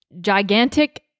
gigantic